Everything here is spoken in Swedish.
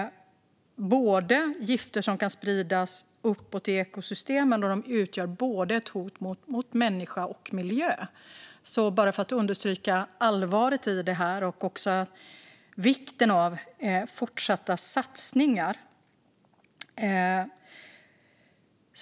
Det är gifter som kan spridas uppåt i ekosystemen, där de utgör ett hot mot både människa och miljö, bara för att understryka allvaret i detta och vikten av fortsatta satsningar.